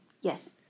Yes